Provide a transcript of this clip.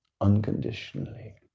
unconditionally